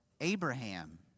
Abraham